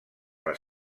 les